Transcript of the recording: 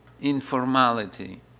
informality